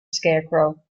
scarecrow